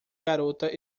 garota